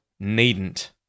needn't